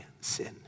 sin